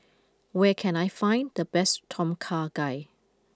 where can I find the best Tom Kha Gai